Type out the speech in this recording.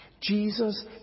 Jesus